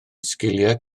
sgiliau